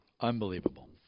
Unbelievable